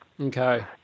okay